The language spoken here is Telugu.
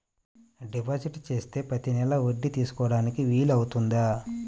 డిపాజిట్ చేస్తే ప్రతి నెల వడ్డీ తీసుకోవడానికి వీలు అవుతుందా?